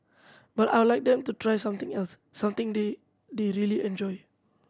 but I would like them to try something else something they they really enjoy